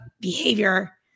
behavior